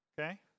Okay